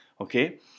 okay